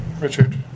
Richard